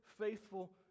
faithful